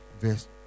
verse